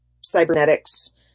cybernetics